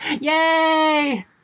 Yay